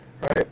Right